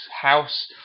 house